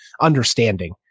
understanding